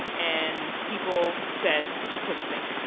and people said that she couldn't sing,